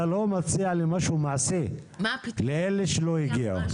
אתה לא מציע לי משהו מעשי לאלה שלא הגיעו.